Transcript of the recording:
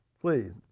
Please